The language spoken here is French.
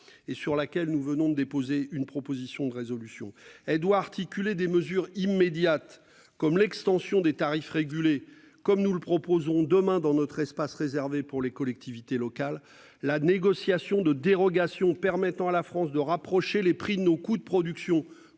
et sur laquelle nous venons de déposer une proposition de résolution elle doit articuler des mesures immédiates, comme l'extension des tarifs régulés, comme nous le proposons demain dans notre espace réservé pour les collectivités locales, la négociation de dérogations permettant à la France de rapprocher les prix nos coûts de production,